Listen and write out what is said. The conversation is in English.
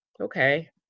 okay